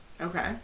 Okay